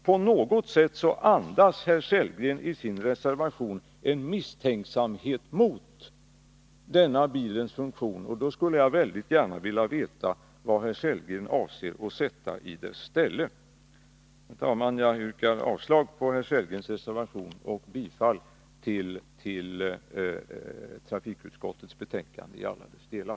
På något sätt andas herr Sellgrens reservation misstänksamhet mot denna bilens funktion. Jag skulle mycket gärna vilja veta vad herr Sellgren avser att sätta i bilens ställe. Herr talman! Jag yrkar avslag på herr Sellgrens reservation och bifall till trafikutskottets hemställan i alla dess delar.